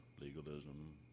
legalism